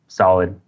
solid